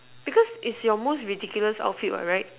because is your most ridiculous outfit what right